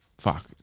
Fuck